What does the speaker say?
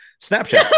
Snapchat